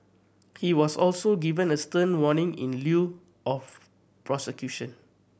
he was also given a stern warning in lieu of prosecution